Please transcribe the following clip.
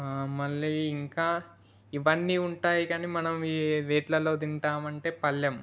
మళ్ళీ ఇంకా ఇవన్నీ ఉంటాయి కాని మనం ఏ వేటిలో తింటాము అంటే పళ్ళెం